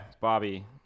Bobby